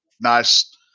nice